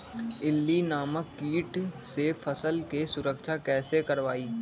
इल्ली नामक किट से फसल के सुरक्षा कैसे करवाईं?